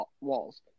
walls